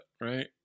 right